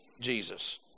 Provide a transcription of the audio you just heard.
Jesus